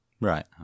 Right